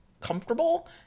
comfortable